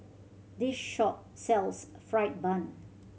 this shop sells fried bun